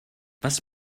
was